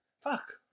Fuck